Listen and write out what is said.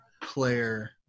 player